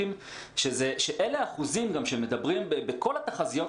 תוך השקעת משאבים ומחויבות של כל חברי הסגל,